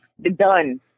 Done